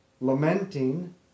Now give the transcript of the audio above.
lamenting